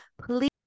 Please